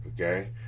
okay